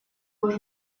was